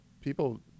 people